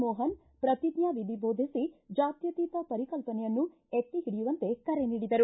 ಮೋಹನ್ ಪ್ರತಿಜ್ಞಾನಿಧಿ ದೋಧಿಸಿ ಜಾತ್ಯತೀತ ಪರಿಕಲ್ಪನೆಯನ್ನು ಎತ್ತಿಹಿಡಿಯುವಂತೆ ಕರೆ ನೀಡಿದರು